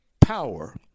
power